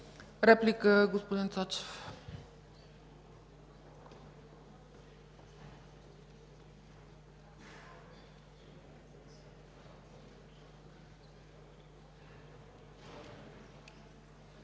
Реплика, господин Енчев?